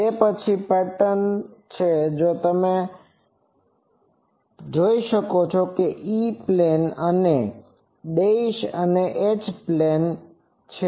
તે પછી આ પેટર્ન છે જો તમે કાળો જોશો તે ઇ પ્લેન છે અને ડેશડ એચ પ્લેન પેટર્ન છે